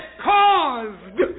caused